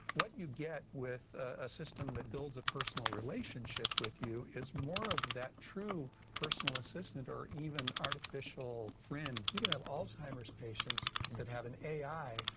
what you get with a system that builds a personal relationship with you is more of that true personal assistant or even artificial friend. you could have alzheimer's patients that have an a i.